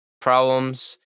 problems